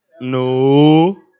No